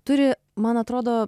turi man atrodo